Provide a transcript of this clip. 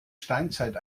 steinzeit